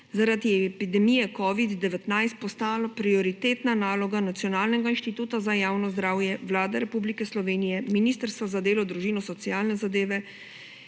zaradi epidemije covida-19 postalo prioritetna naloga Nacionalnega inštituta za javno zdravje, Vlade Republike Slovenije, Ministrstva za delo, družino, socialne zadeve,